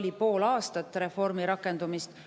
oli pool aastat reformi rakendumist,